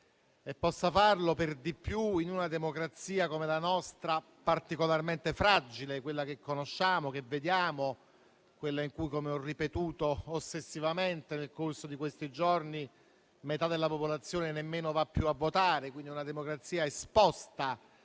e possa farlo per di più in una democrazia come la nostra, particolarmente fragile, quella che conosciamo e che vediamo, quella in cui, come ho ripetuto ossessivamente nel corso di questi giorni, metà della popolazione nemmeno va più a votare. Quindi è una democrazia esposta